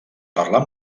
parlar